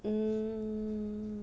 hmm